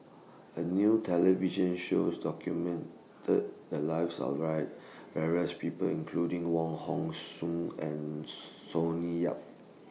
A New television shows documented The Lives of various People including Wong Hong Suen and Sonny Yap